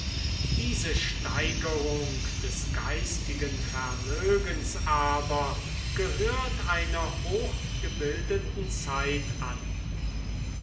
diese steigerung des geistigen vermögens aber gehört einer hochgebildeten zeit an